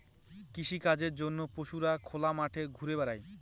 কৃষিকাজের জন্য পশুরা খোলা মাঠে ঘুরা বেড়ায়